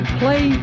play